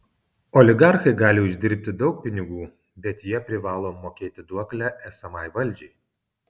oligarchai gali uždirbti daug pinigų bet jie privalo mokėti duoklę esamai valdžiai